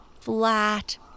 flat